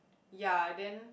ya then